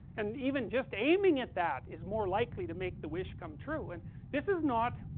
and even just aiming at that is more likely to make the wish come true, and this is not